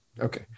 Okay